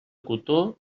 cotó